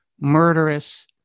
murderous